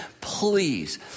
please